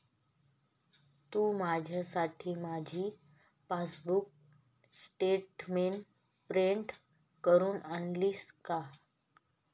तू माझ्यासाठी माझी passbook statement print करून आणशील का?